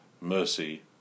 mercy